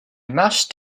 mashed